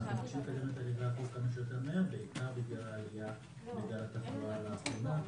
נשמח שיועבר כמה שיותר מהר בעיקר בגלל העלייה בגל התחלואה לאחרונה,